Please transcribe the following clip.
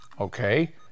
Okay